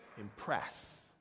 Impress